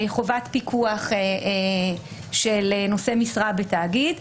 חובת פיקוח של נושא משרה בתאגיד.